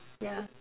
ya